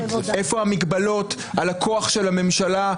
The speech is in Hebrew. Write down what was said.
איפה המגבלות על הכוח של הממשלה,